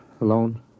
alone